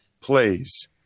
plays